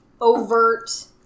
overt